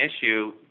issue